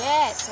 Yes